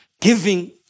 giving